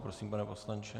Prosím, pane poslanče.